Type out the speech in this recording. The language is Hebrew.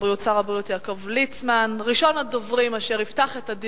5236, 5249, 5250, 5258, 5293, 5305, 5309,